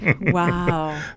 Wow